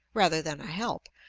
rather than a help,